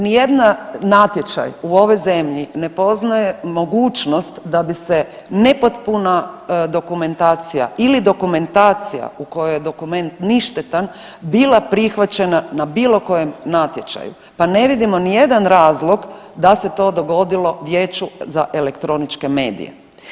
Nijedan, nijedna natječaj u ovoj zemlji ne poznaje mogućnost da bi se nepotpuna dokumentacija ili dokumentacija u kojoj je dokument ništetan, bila prihvaćena na bilo kojem natječaju pa ne vidimo nijedan razloga da se to dogodilo Vijeću za elektroničke medije.